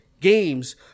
games